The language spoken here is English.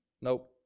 Nope